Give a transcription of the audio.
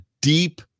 deep